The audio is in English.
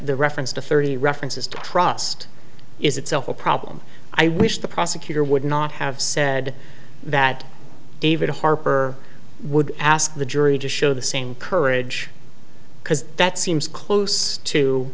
the reference to thirty references to trust is itself a problem i wish the prosecutor would not have said that david harper would ask the jury to show the same courage because that seems close to